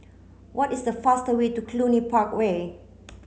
what is the fastest way to Cluny Park Way